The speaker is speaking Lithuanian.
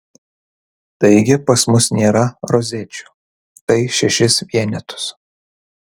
taigi pas mus nėra rozečių tai šešis vienetus